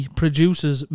produces